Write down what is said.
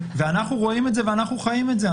אנחנו רואים את זה ואנחנו חיים את זה.